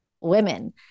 women